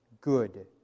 good